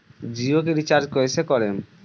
जियो के रीचार्ज कैसे करेम?